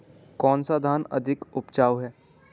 कौन सा धान अधिक उपजाऊ है?